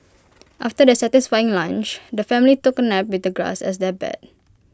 after their satisfying lunch the family took A nap with the grass as their bed